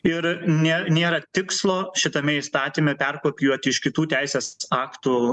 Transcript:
ir ne nėra tikslo šitame įstatyme perkopijuoti iš kitų teisės aktų